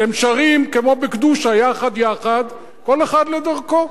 אתם שרים כמו ב"קדוּשה" "יחד יחד" כל אחד לדרכו.